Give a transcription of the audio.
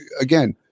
again